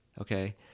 Okay